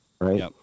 Right